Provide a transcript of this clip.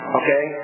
okay